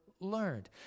learned